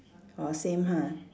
orh same ha